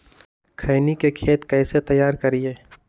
खैनी के खेत कइसे तैयार करिए?